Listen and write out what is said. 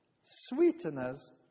Sweeteners